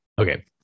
Okay